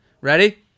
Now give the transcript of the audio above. ready